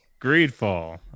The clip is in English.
greedfall